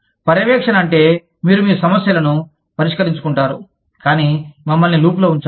పర్యవేక్షణ అంటే మీరు మీ సమస్యలను పరిష్కరించుకుంటారు కానీ మమ్మల్ని లూప్లో ఉంచండి